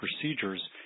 procedures